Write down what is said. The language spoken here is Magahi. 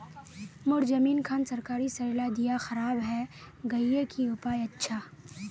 मोर जमीन खान सरकारी सरला दीया खराब है गहिये की उपाय अच्छा?